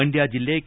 ಮಂಡ್ಯ ಜಿಲ್ಲೆ ಕೆ